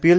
PL